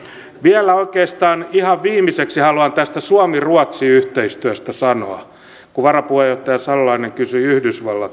vielä oikeastaan ihan viimeiseksi haluan tästä suomiruotsi yhteistyöstä sanoa kun varapuheenjohtaja salolainen kysyi yhdysvallat suhteista